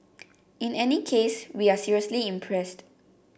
in any case we are seriously impressed